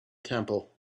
temple